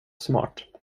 smart